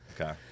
Okay